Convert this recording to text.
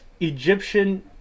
Egyptian